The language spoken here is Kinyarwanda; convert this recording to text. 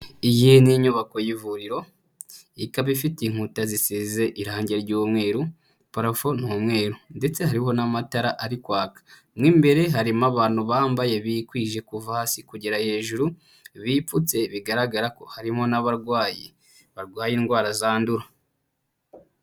Iyi ni inyubako y'ivuriro, ikaba ifite inkuta zisize irange ry'umweru, parafo n'umweru ndetse hariho n'amatara ari kwaka, mo imbere harimo abantu bambaye bikwije kuva hasi kugera hejuru, bipfutse bigaragara ko harimo n'abarwayi barwaye indwara zandura.